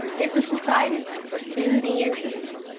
it was decided to pursue the indians.